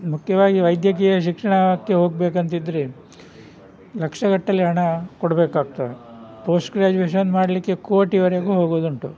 ಮುಖ್ಯವಾಗಿ ವೈದ್ಯಕೀಯ ಶಿಕ್ಷಣಕ್ಕೆ ಹೋಗಬೇಕು ಅಂತಿದ್ದರೆ ಲಕ್ಷಗಟ್ಟಲೆ ಹಣ ಕೊಡಬೇಕಾಗ್ತದೆ ಪೋಸ್ಟ್ ಗ್ರ್ಯಾಜುಯೇಷನ್ ಮಾಡಲಿಕ್ಕೆ ಕೋಟಿವರೆಗೂ ಹೋಗೋದುಂಟು